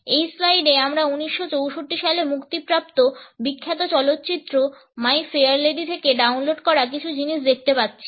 এই স্লাইডে আমরা 1964 সালে মুক্তিপ্রাপ্ত বিখ্যাত চলচ্চিত্র মাই ফেয়ার লেডি থেকে ডাউনলোড করা কিছু জিনিস দেখতে পাচ্ছি